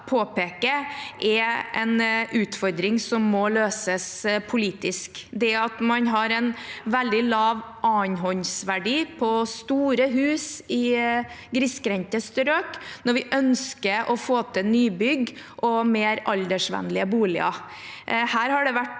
er en utfordring som må løses politisk – det at man har en veldig lav annenhåndsverdi på store hus i grisgrendte strøk, når vi ønsker å få til nybygg og mer aldersvennlige boliger. Her har det vært